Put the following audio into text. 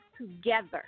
together